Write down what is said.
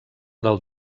del